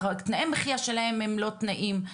התנאי מחיה שלהם הם לא תנאים.